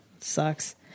Sucks